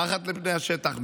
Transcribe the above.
מתחת לפני השטח,